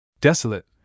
Desolate